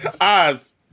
Oz